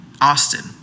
Austin